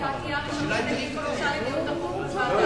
אתה תהיה הראשון שתגיש בקשה לדיון דחוף בוועדה.